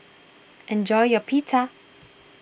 enjoy your Pita